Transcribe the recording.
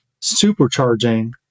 supercharging